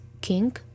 king